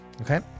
Okay